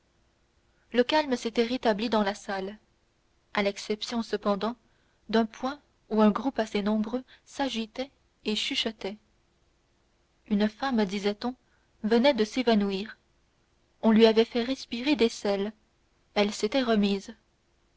le calme s'était rétabli dans la salle à l'exception cependant d'un point où un groupe assez nombreux s'agitait et chuchotait une femme disait-on venait de s'évanouir on lui avait fait respirer des sels elle s'était remise